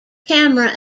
camera